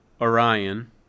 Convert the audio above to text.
Orion